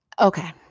Okay